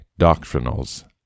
doctrinals